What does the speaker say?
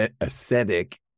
ascetic